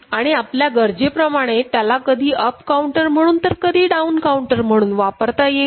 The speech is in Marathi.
आणि आपल्या गरजेप्रमाणे त्याला कधी अपकाउंटर म्हणून तर कधी डाऊन काउंटर म्हणून वापरता येईल